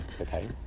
okay